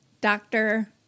doctor